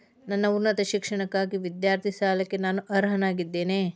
ನನ್ನ ಉನ್ನತ ಶಿಕ್ಷಣಕ್ಕಾಗಿ ವಿದ್ಯಾರ್ಥಿ ಸಾಲಕ್ಕೆ ನಾನು ಅರ್ಹನಾಗಿದ್ದೇನೆಯೇ?